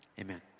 Amen